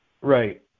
right